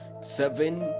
seven